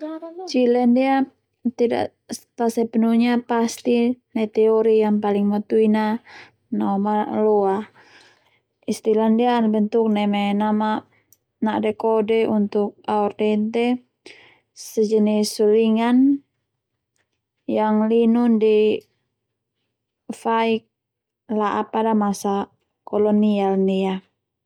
Chile ndia ta sepenuhnya bisa teori yang paling matua na no maloa istilah ndia ala bentuk neme nade kode untuk sejenis sulingan yang linun di faik la'a pada masa kolonial ndia